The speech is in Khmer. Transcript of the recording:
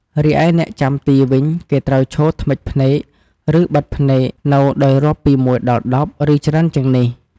រីឯអ្នកចាំទីវិញ គេត្រូវឈរធ្មិចភ្នែក ឬ បិទភ្នែកនៅដោយរាប់ពីមួយដល់ដប់ ឬ ច្រើនជាងនេះ។